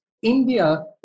India